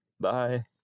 bye